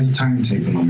and timetable